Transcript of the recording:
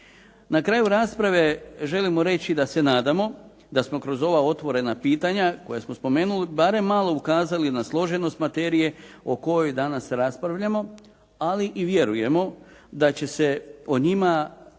Na kraju rasprave želimo reći da se nadamo da smo kroz ova otvorena pitanja koja smo spomenuli barem malo ukazali na složenost materije o kojoj danas raspravljamo, ali i vjerujemo da će se o njima voditi